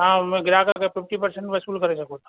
तव्हां हुन ग्राहक खे फ़िफ़्टी परसेंट वसूल करे सघो था